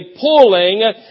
pulling